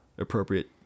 Appropriate